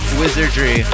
wizardry